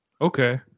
okay